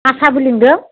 आसाबो लिंदों